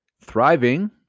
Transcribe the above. thriving